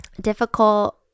difficult